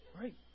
Right